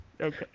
okay